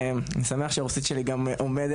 שאין כאן נציגים של המשרד לשוויון חברתי ונציגים של סגן